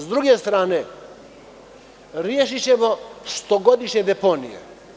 S druge strane, rešićemo stogodišnje deponije.